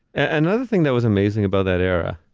another thing that was amazing about that era,